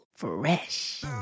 fresh